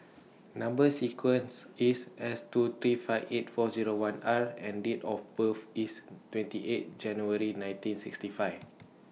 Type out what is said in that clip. Number sequence IS S two three five eight four Zero one R and Date of birth IS twenty eight January nineteen sixty five